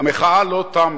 המחאה לא תמה.